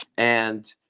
and,